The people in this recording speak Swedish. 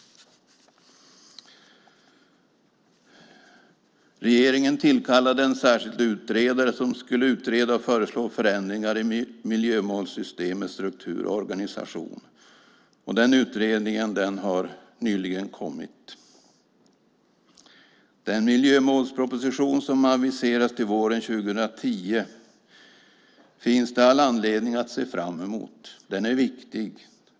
Regeringen tillkallade en särskild utredare som skulle utreda och föreslå förändringar i miljömålssystemets struktur och organisation. Den utredningen har nyligen lagts fram. Den miljömålsproposition som aviseras till våren 2010 finns det all anledning att se fram emot. Den är viktig.